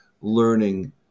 learning